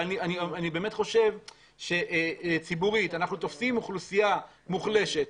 אני באמת חושב שציבורית אנחנו תופסים אוכלוסייה מוחלשת,